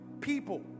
people